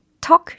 talk